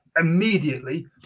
immediately